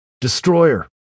Destroyer